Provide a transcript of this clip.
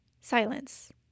Silence